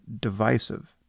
divisive